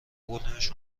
بردیمش